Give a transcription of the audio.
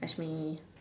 ask me